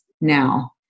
now